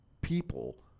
people